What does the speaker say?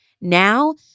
Now